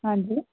ਹਾਂਜੀ